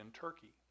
Turkey